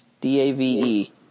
D-A-V-E